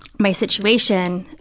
my situation,